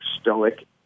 stoic